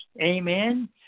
Amen